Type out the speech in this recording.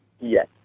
Yes